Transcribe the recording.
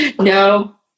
No